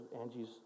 Angie's